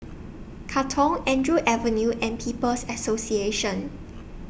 Katong Andrew Avenue and People's Association